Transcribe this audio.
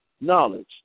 knowledge